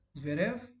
Zverev